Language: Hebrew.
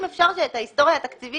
אם אפשר שאת ההיסטוריה התקציבית